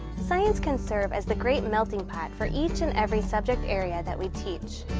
science can serve as the great melting pot for each and every subject area that we teach.